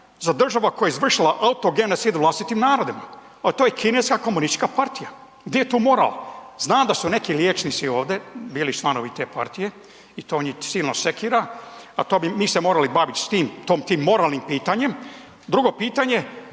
za država koja je izvršila …/nerazumljivo/… vlastitim narodima, a to je Kineska komunistička partija. Gdje je tu moral? Znam da su neki liječnici ovdje bili članovi te partije i to njih silno sekira, a to bi mi se morali baviti s tim moralnim pitanjem. Drugo pitanje